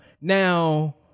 Now